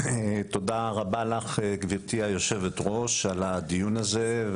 תודה רבה לך, גברתי יושבת הראש, על הדיון הזה.